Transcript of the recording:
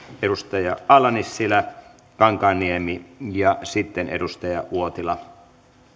ala nissilä kankaanniemi ja sitten edustaja uotila